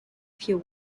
few